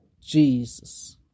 Jesus